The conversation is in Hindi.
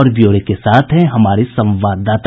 और ब्यौरे के साथ हैं हमारे संवाददाता